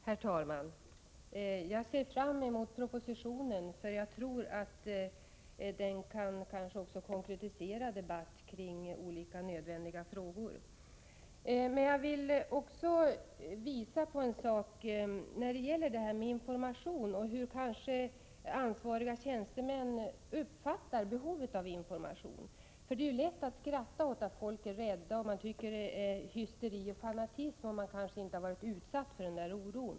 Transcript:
Herr talman! Jag ser fram emot propositionen, för jag tror att den kanske kan konkretisera debatten i olika viktiga frågor. Men jag vill också visa på en sak när det gäller detta med information och hur ansvariga tjänstemän uppfattar behovet av information. Det är lätt att skratta åt människor som är rädda, och man tycker kanske att de ger uttryck för hysteri och fanatism, om man inte själv har varit utsatt för samma oro.